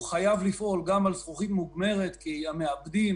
הוא חייב לפעול גם על זכוכית מוגמרת כי המעבדים,